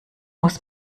muss